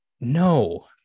no